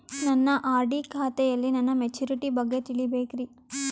ನನ್ನ ಆರ್.ಡಿ ಖಾತೆಯಲ್ಲಿ ನನ್ನ ಮೆಚುರಿಟಿ ಬಗ್ಗೆ ತಿಳಿಬೇಕ್ರಿ